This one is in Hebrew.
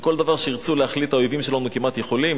וכל דבר שירצו להחליט האויבים שלנו, כמעט, יכולים.